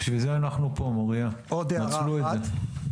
בשביל זה אנחנו פה, מוריה, נצלו את זה.